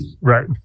Right